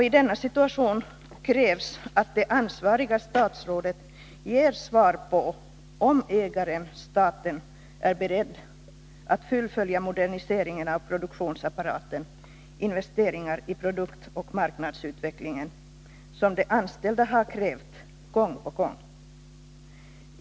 I denna situation krävs att det ansvariga statsrådet ger svar på frågan om ägaren, staten, är beredd att fullfölja moderniseringen av produktionsapparaten och göra de investeringar i produktoch marknadsutveckling som de anställda gång på gång har krävt.